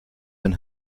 been